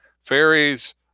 fairies